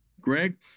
Greg